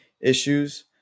Issues